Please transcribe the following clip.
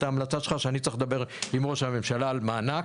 את ההמלצה שלך שאני צריך לדבר עם ראש הממשלה על מענק,